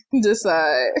decide